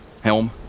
Helm